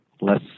less